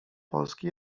polski